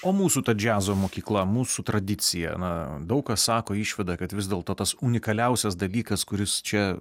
o mūsų džiazo mokykla mūsų tradicija na daug kas sako išvadą kad vis dėlto tas unikaliausias dalykas kuris čia